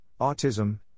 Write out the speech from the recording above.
autism